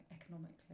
economically